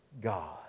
God